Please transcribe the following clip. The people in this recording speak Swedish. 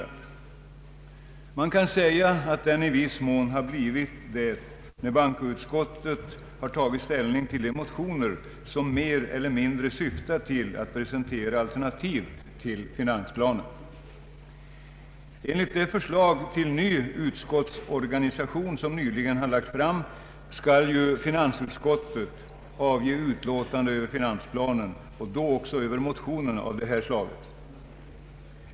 Man kan säga att den i viss mån har blivit det när bankoutskottet har tagit ställning till de motioner som mer eller mindre syftar till att presentera alternativ till finansplanen. Enligt det förslag till ny utskottsorganisation som nyligen har lagts fram skall ju finansutskottet avge utlåtande över finansplanen och då även över motioner av detta slag.